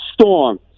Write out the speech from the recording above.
storm